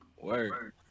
Word